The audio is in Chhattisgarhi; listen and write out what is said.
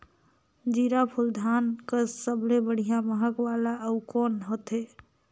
जीराफुल धान कस सबले बढ़िया महक वाला अउ कोन होथै?